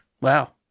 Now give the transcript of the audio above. Wow